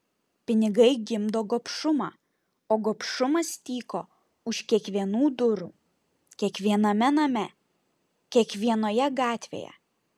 pinigai gimdo gobšumą o gobšumas tyko už kiekvienų durų kiekviename name kiekvienoje gatvėje